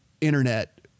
internet